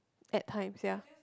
at times ya